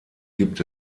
gibt